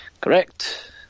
Correct